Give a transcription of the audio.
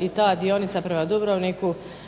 i ta dionica prema Dubrovniku